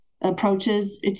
approaches